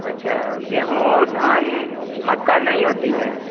अच्छा गेहूँ और धान मक्का नहीं होती है